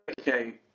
Okay